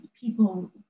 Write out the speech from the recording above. people